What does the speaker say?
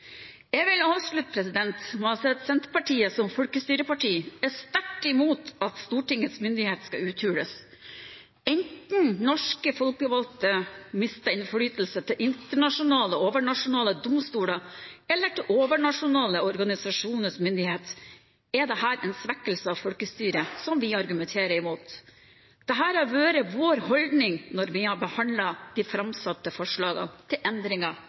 Jeg vil avslutte med å si at Senterpartiet som folkestyreparti er sterkt imot at Stortingets myndighet skal uthules. Enten norske folkevalgte mister innflytelse til internasjonale og overnasjonale domstoler eller til overnasjonale organisasjoners myndighet, er dette en svekkelse av folkestyret som vi argumenterer imot. Dette har vært vår holdning når vi har behandlet de framsatte forslagene til endringer